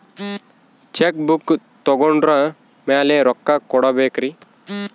Check book ತೊಗೊಂಡ್ರ ಮ್ಯಾಲೆ ರೊಕ್ಕ ಕೊಡಬೇಕರಿ?